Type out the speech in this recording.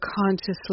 consciously